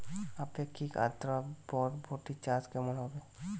আপেক্ষিক আদ্রতা বরবটি চাষ কেমন হবে?